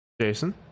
Jason